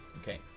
Okay